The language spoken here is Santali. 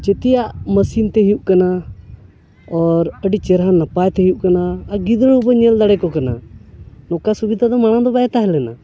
ᱡᱚᱛᱚᱣᱟᱜ ᱢᱮᱥᱤᱱ ᱛᱮ ᱦᱩᱭᱩᱜ ᱠᱟᱱᱟ ᱚᱨ ᱟᱹᱰᱤ ᱪᱮᱨᱦᱟ ᱱᱟᱯᱟᱭ ᱛᱮ ᱦᱩᱭᱩᱜ ᱠᱟᱱᱟ ᱟᱨ ᱜᱤᱫᱽᱨᱟᱹ ᱦᱚᱸᱵᱚ ᱧᱮᱞ ᱫᱟᱲᱮᱭᱟᱠᱚ ᱠᱟᱱᱟ ᱱᱚᱠᱟ ᱥᱩᱵᱤᱫᱷᱟ ᱫᱚ ᱢᱟᱲᱟᱝ ᱫᱚ ᱵᱟᱭ ᱛᱟᱦᱮᱸ ᱞᱮᱱᱟ